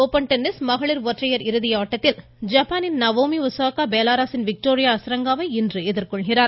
open tennis மகளிர் ஒற்றையர் இறுதி ஆட்டத்தில் ஜப்பானின் நவோமி ஒஸாகா பெலாரஸின் விக்டோரியா அசரங்காவை இன்று எதிர்கொள்கிறார்